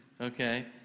okay